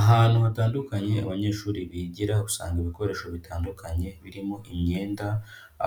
Ahantu hatandukanye abanyeshuri bigira, usanga ibikoresho bitandukanye, birimo imyenda,